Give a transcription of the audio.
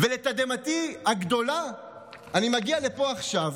לתדהמתי הגדולה אני מגיע לפה עכשיו